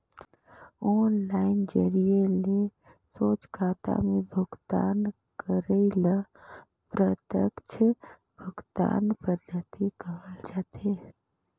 online जरिए ले सोझ खाता में भुगतान करई ल प्रत्यक्छ भुगतान पद्धति कहल जाथे